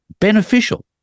Beneficial